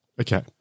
Okay